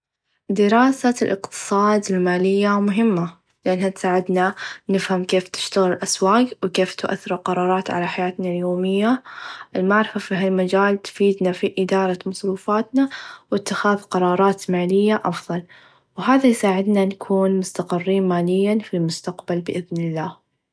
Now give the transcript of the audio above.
دراسه الإقتصاد الماليه مهمه لأنها تساعدنا نفهم كيف تشتغل الأسواق و كيف تأثر القرارات على حياتنا اليوميه المعرفه في هذا المچال تفيدنا اداره مصروفاتنا و اتخاذ قرارات ماليه أفظل و هذا يساعدنا نكون مستقرين ماليا في المستقبل بإذن الله.